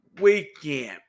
weekend